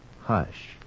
Hush